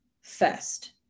first